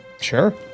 sure